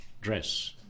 dress